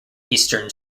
eastern